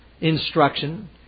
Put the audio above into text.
instruction